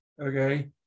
okay